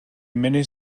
mini